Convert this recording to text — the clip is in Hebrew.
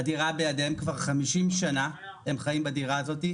הדירה בידיהם כבר חמישים שנה הם חיים בדירה הזאת,